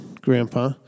grandpa